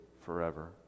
forever